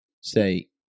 say